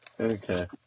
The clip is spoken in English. Okay